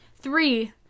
three